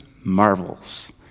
marvels